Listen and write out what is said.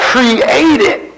Created